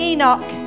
Enoch